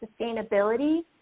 sustainability